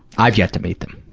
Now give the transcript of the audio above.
i've yet to meet them.